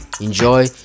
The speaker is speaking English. Enjoy